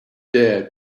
dare